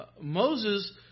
Moses